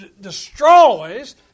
destroys